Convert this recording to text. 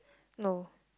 no